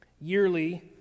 yearly